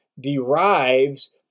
derives